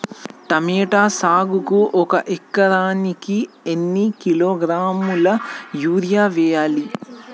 Tomato సాగుకు ఒక ఎకరానికి ఎన్ని కిలోగ్రాముల యూరియా వెయ్యాలి?